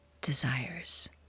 desires